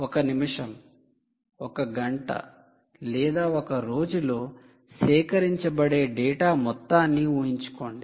1 నిమిషం 1 గంట లేదా 1 రోజులో సేకరించబడే డేటా మొత్తాన్ని ఊహించుకోండి